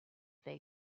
they